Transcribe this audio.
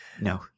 No